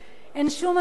אין שום הצדקה,